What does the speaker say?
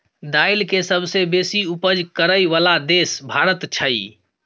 दाइल के सबसे बेशी उपज करइ बला देश भारत छइ